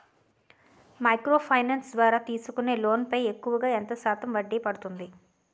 Micro finance ద్వారా తీసుకునే loan పై ఎక్కువుగా ఎంత శాతం వడ్డీ పడుతుంది?